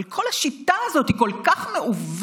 אבל כל השיטה הזאת היא כל כך מעוותת.